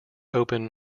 open